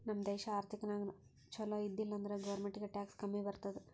ನಮ್ ದೇಶ ಆರ್ಥಿಕ ನಾಗ್ ಛಲೋ ಇದ್ದಿಲ ಅಂದುರ್ ಗೌರ್ಮೆಂಟ್ಗ್ ಟ್ಯಾಕ್ಸ್ ಕಮ್ಮಿ ಬರ್ತುದ್